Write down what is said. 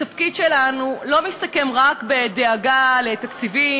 התפקיד שלנו לא מסתכם רק בדאגה לתקציבים